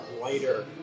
lighter